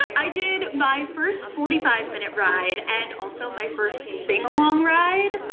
i did my first forty five minute ride and also my first sing along ride.